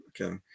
okay